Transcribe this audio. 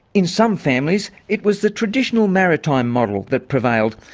in some families, it was the traditional maritime model that prevailed,